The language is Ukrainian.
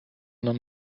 нам